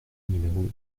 numéro